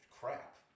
crap